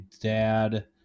dad